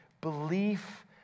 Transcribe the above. belief